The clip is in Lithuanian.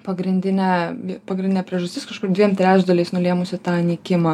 pagrindinė pagrindinė priežastis kažkur dviem trečdaliais nulėmusi tą nykimą